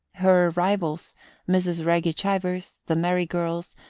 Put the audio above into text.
her rivals mrs. reggie chivers, the merry girls,